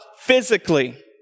physically